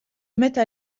mettent